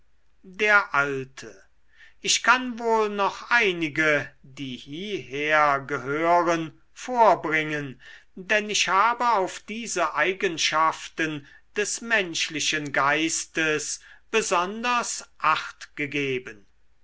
der alte ich kann wohl noch einige die hieher gehören vorbringen denn ich habe auf diese eigenschaften des menschlichen geistes besonders